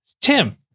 Tim